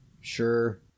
Sure